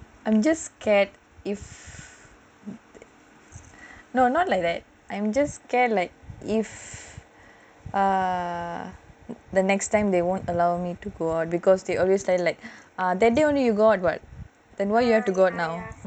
I'm just scared if no not like that I'm just scared like if err the next time they won't allow me to go out because they always say like err that day you just go out [what] then why you have to go now